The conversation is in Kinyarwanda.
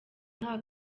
nta